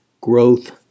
growth